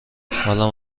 حالم